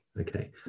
okay